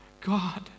God